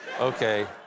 Okay